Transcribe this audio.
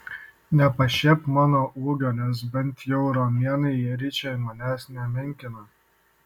nepašiepk mano ūgio nes bent jau romėnai jeriche manęs nemenkina